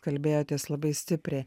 kalbėjotės labai stipriai